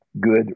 good